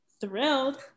thrilled